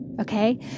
Okay